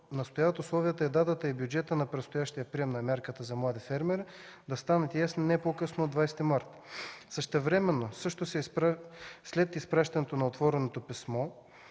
настояват условията, датата и бюджетът на предстоящия прием на мярката за млади фермери да станат ясни не по-късно от 20 март. Същевременно, след изпращането на отвореното писмо,